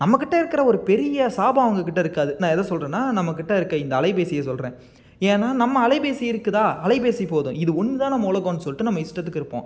நம்மகிட்ட இருக்கிற ஒரு பெரிய சாபம் அவங்க கிட்டே இருக்காது நான் எதை சொல்றேனா நம்ம கிட்டே இருக்க இந்த அலைபேசியை சொல்கிறேன் ஏன்னா நம்ம அலைபேசி இருக்குதா அலைபேசி போதும் இது ஒன்று தான் நம்ம உலகன்னு சொல்லிட்டு நம்ம இஷ்டத்துக்கு இருப்போம்